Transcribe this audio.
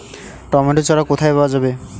Tomato চারা কোথায় পাওয়া যাবে?